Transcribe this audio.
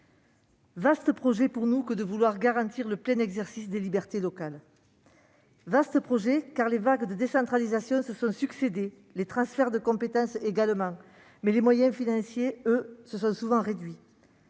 vaste projet pour nous que de vouloir garantir le plein exercice des libertés locales ! Vaste projet, car les vagues de décentralisation se sont succédé, les transferts de compétences également, mais les moyens financiers, eux, se sont souvent réduits.